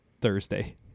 Thursday